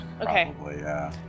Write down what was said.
Okay